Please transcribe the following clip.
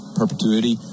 perpetuity